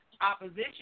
opposition